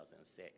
2006